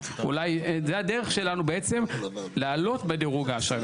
זו הדרך שלנו בעצם לעלות בדירוג האשראי.